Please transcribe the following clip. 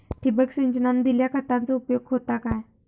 ठिबक सिंचनान दिल्या खतांचो उपयोग होता काय?